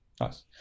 Nice